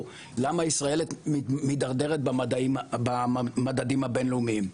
למה ישראל מידרדרת במדדים הבין-לאומיים.